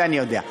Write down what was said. זה אני יודע.